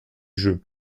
jeu